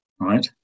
right